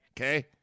okay